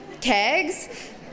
Kegs